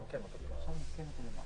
לכם יש עמדה בעניין?